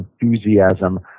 enthusiasm